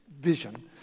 vision